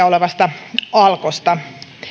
olevasta alkosta